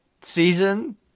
season